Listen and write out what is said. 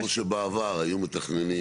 כמו שבעבר היו מתכננים